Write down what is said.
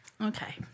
Okay